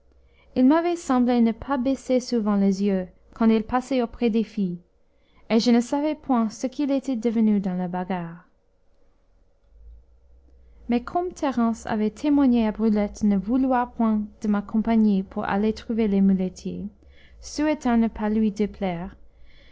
il m'avait semblé ne pas baisser souvent les yeux quand il passait auprès des filles et je ne savais point ce qu'il était devenu dans la bagarre mais comme thérence avait témoigné à brulette ne vouloir point de ma compagnie pour aller trouver les muletiers souhaitant ne pas lui déplaire